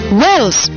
wells